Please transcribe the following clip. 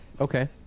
okay